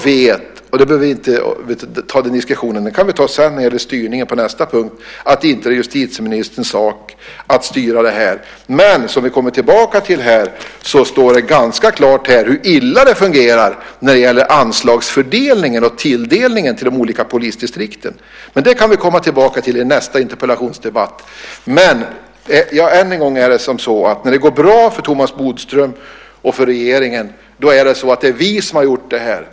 Vi behöver inte ta den diskussionen. Den kan vi ta sedan när det gäller styrningen på nästa punkt. Det är inte justitieministerns sak att styra detta. Men det står ganska klart, som vi kommer tillbaka till här, hur illa det fungerar när det gäller anslagsfördelningen och tilldelningen till de olika polisdistrikten. Det kan vi komma tillbaka till i nästa interpellationsdebatt. När det går bra för Thomas Bodström och regeringen säger de: Det är vi som har gjort det här.